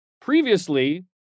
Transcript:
previously